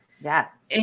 Yes